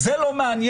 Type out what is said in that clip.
זה לא מעניין?